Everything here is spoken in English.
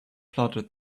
plodded